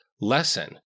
lesson